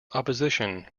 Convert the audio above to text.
opposition